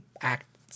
act